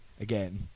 again